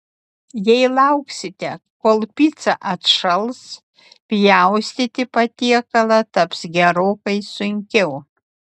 jei lauksite kol pica atšals pjaustyti patiekalą taps gerokai sunkiau